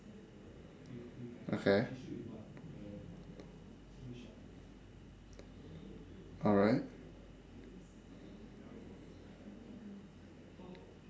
okay alright